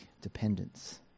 dependence